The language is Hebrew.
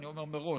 אני אומר מראש,